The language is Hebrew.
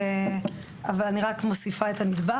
אבל אני רק מוסיפה את הנדבך.